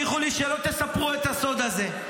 אבל תבטיחו לי שלא תספרו את הסוד הזה.